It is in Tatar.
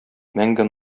мәңге